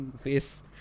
face